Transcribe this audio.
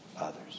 others